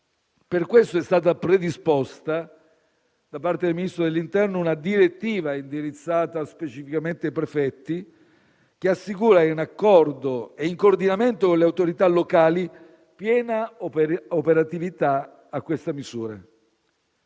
Per questo è stata predisposta dal Ministro dell'interno una direttiva, indirizzata specificamente ai prefetti, che assicura, in accordo e in coordinamento con le autorità locali, piena operatività a questa misura.